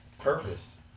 purpose